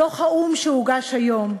דוח האו"ם שהוגש היום,